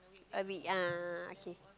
a bit ah okay